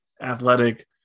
athletic